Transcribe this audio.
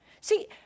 See